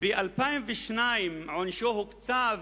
ב-2002 עונשו נקצב